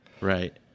Right